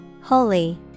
holy